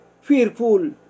fearful